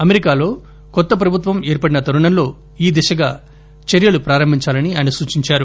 అమెరికాలో కొత్త ప్రభుత్వం ఏర్పడిన తరుణంలో ఈ దిశగా చర్యలు ప్రారంభించాలని ఆయన సూచించారు